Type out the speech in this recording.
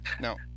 No